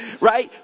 Right